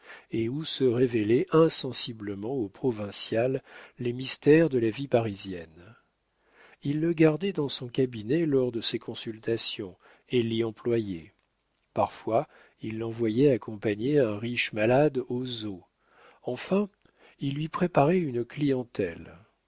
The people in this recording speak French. et où se révélaient insensiblement au provincial les mystères de la vie parisienne il le gardait dans son cabinet lors de ses consultations et l'y employait parfois il l'envoyait accompagner un riche malade aux eaux enfin il lui préparait une clientèle